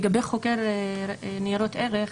לגבי חוקר ניירות ערך,